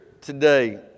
today